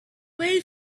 away